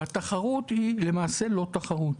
והתחרות היא למעשה לא תחרות.